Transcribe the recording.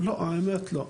האמת, לא.